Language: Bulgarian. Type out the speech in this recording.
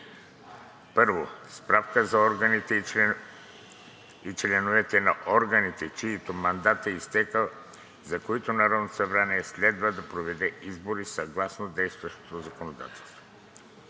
1. Справка за органите и членовете на органите, чийто мандат е изтекъл, за което Народното събрание следва да проведе избори съгласно действащото законодателство.